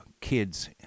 kids